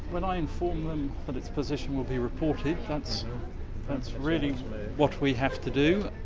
when i inform them that its position will be reported, that's that's really what we have to do.